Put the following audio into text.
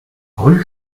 rue